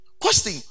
Question